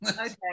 Okay